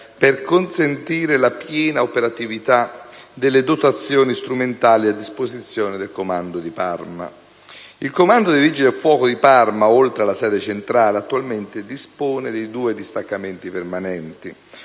per consentire la piena operatività delle dotazioni strumentali a disposizione del comando di Parma. Il comando dei Vigili del fuoco di Parma, oltre alla sede centrale, attualmente dispone di due distaccamenti permanenti: